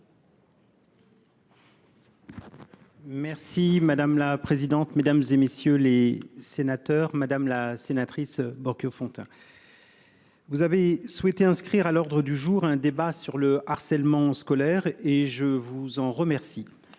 Merci madame la présidente, mesdames et messieurs les sénateurs, madame la sénatrice Borchio-Fontimp. Vous avez souhaité inscrire à l'ordre du jour, un débat sur le harcèlement scolaire, et je vous en remercie